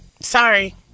Sorry